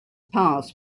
pass